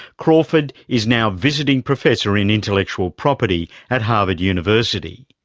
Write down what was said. crawford is now visiting professor in intellectual property at harvard university.